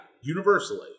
universally